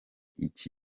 iki